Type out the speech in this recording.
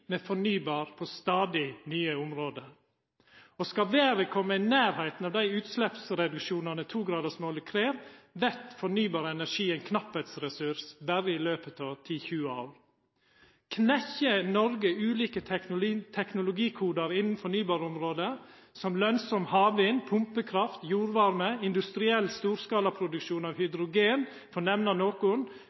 med fornybar energi på stadig nye område. Skal verda koma i nærleiken av dei utsleppsreduksjonane som 2-gradarsmålet krev, vert fornybar energi ein knappleiksressurs berre i løpet av 10–20 år. Knekk Noreg ulike teknologikodar innan fornybarområdet, som lønsam havvind, pumpekraft, jordvarme, industriell storskalaproduksjon av hydrogen, for å nemna